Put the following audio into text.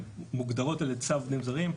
שמוגדרות על ידי צו עובדים זרים,